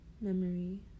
memory